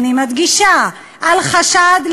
אני מדגישה: על חשד,